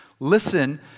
Listen